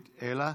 ממש לא.